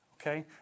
Okay